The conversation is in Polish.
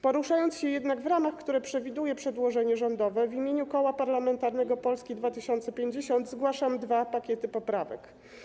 Poruszając się jednak w ramach, które przewiduje przedłożenie rządowe, w imieniu Koła Parlamentarnego Polska 2050 zgłaszam dwa pakiety poprawek.